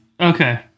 Okay